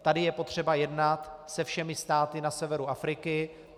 Tady je potřeba jednat se všemi státy na severu Afriky.